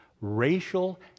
racial